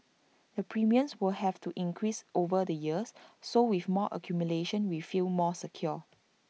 the premiums will have to increase over the years so with more accumulation we feel more secure